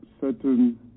certain